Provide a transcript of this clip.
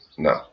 No